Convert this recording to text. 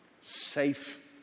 safe